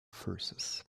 verses